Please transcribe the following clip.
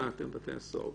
אה, אתם בתי הסוהר.